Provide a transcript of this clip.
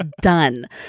done